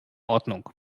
ordnung